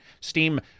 Steam